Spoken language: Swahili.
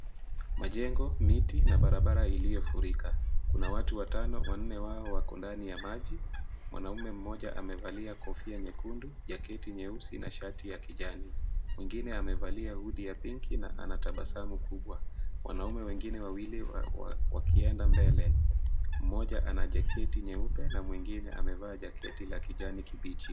Majengo, miti na barabara iliyofurika. Kuna watu watano, wanne wao wako ndani ya maji. Mwanamme mmoja amevalia kofia nyekundu, jaketi nyeusi na shati ya kijani. Mwingine amevalia hood ya pinki na ana tabasamu kubwa. Wanaume wengine wawili wakienda mbele, mmoja amevaa jaketi nyeupe na mwingine ana jaketi ya kijani kibichi.